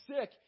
sick